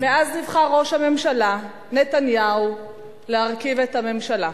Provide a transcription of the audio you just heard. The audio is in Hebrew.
מאז נבחר ראש הממשלה נתניהו להרכיב את הממשלה,